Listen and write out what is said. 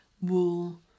wool